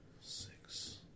Six